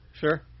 Sure